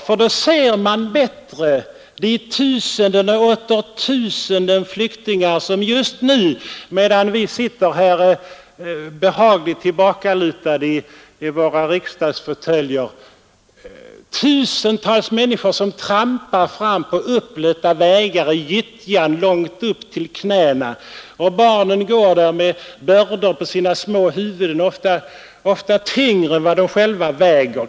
Ty då ser man bättre de tusenden och åter tusenden flyktingar som just nu, medan vi sitter här behagligt tillbakalutade i våra riksdagsfåtöljer, trampar fram på uppblötta vägar, i gyttja upp till knäna. Barnen går där med bördor på sina små huvuden ofta tyngre än barnen själva.